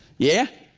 yeah!